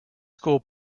school